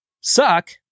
suck